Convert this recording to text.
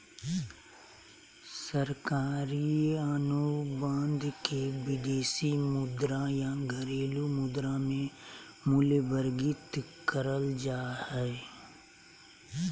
सरकारी अनुबंध के विदेशी मुद्रा या घरेलू मुद्रा मे मूल्यवर्गीत करल जा हय